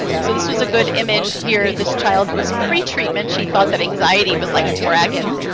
so this was a good image here. this child was pretreatment, she thought that anxiety was like a dragon,